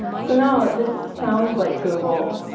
so now this sounds like google,